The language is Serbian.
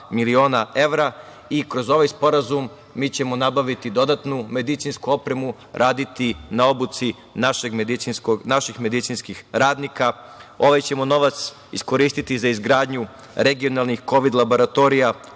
Kroz ovaj sporazum mi ćemo nabaviti dodatnu medicinsku opremu, raditi na obuci naših medicinskih radnika. Ovaj novac ćemo iskoristiti za izgradnju regionalnih kovid laboratorija